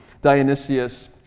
Dionysius